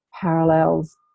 parallels